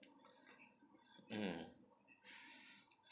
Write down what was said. mm